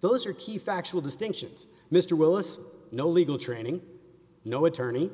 those are key factual distinctions mr willis no legal training no attorney